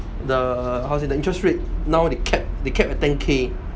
the how to say the interest rate now they cap they cap at ten K